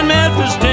Memphis